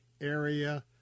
area